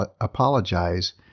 apologize